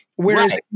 Whereas